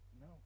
No